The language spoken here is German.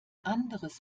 anderes